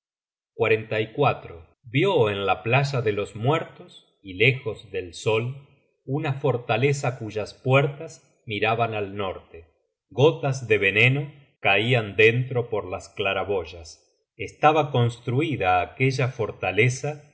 joetun llamada briner vió en la playa de los muertos y lejos del sol una fortaleza cuyas puertas miraban al norte gotas de veneno caian dentro por las claraboyas estaba construida aquella fortaleza